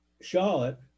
Charlotte